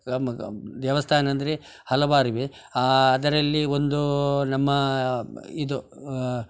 ದೇವಸ್ಥಾನ ಅಂದರೆ ಹಲವಾರಿವೆ ಆ ಅದರಲ್ಲಿ ಒಂದು ನಮ್ಮ ಇದು